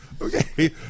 Okay